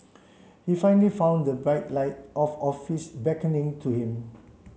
he finally found the bright light of office beckoning to him